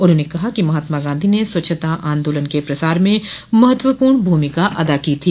उन्होंने कहा कि महात्मा गांधी ने स्वच्छता आंदोलन के प्रसार में महत्वपूर्ण भूमिका अदा की थी